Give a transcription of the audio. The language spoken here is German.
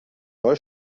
neu